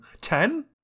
Ten